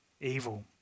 evil